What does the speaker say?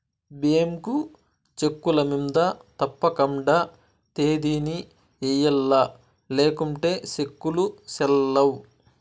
bank చెక్కుల మింద తప్పకండా తేదీని ఎయ్యల్ల లేకుంటే సెక్కులు సెల్లవ్